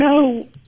no